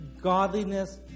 godliness